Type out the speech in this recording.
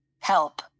Help